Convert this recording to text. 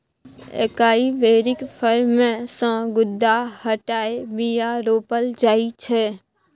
एकाइ बेरीक फर मे सँ गुद्दा हटाए बीया रोपल जाइ छै